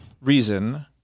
reason